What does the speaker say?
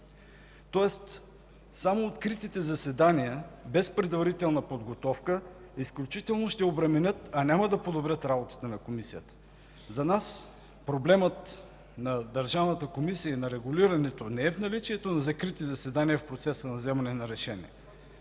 Тоест, само откритите заседания без предварителна подготовка изключително ще обременят, а няма да подобрят работата на Комисията. За нас проблемът на Държавната комисия и на регулирането не е в наличието на закрити заседания в процеса на вземане на решения,